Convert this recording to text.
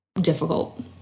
difficult